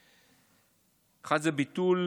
אחד זה ביטול